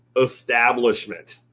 establishment